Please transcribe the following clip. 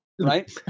right